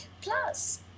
Plus